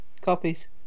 copies